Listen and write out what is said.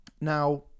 now